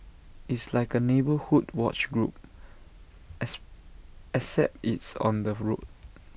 it's like A neighbourhood watch group except it's on the road